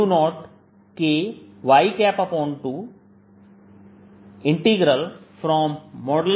यह y cancel हो जाता है और मुझे Az0Ky2 Y